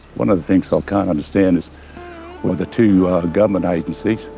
one of the things i can't understand is why the two government agencies,